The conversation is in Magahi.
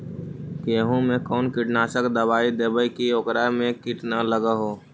गेहूं में कोन कीटनाशक दबाइ देबै कि ओकरा मे किट न हो?